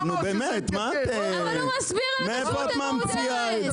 הוא מסביר לנו שזה מה שהוא עושה להם.